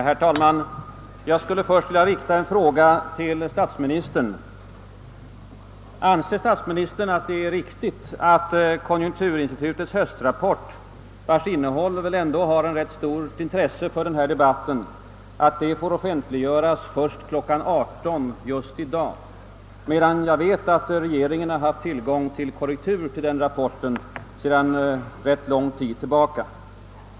Herr talman! Jag skulle först vilja rikta en fråga till statsministern. Anser statsministern att det är riktigt att konjunkturinstitutets höstrapport, vars inne håll väl ändå har ett rätt stort intresse för denna debatt, får offentliggöras först kl. 18 just i dag, medan — enligt vad jag känner till — regeringen haft tillgång till korrektur på denna rapport sedan ganska lång tid tillbaka?